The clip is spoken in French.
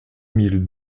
mille